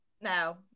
no